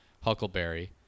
Huckleberry